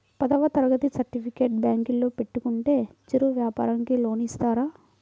పదవ తరగతి సర్టిఫికేట్ బ్యాంకులో పెట్టుకుంటే చిరు వ్యాపారంకి లోన్ ఇస్తారా?